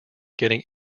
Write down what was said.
getting